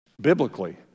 biblically